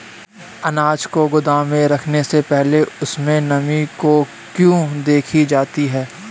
अनाज को गोदाम में रखने से पहले उसमें नमी को क्यो देखी जाती है?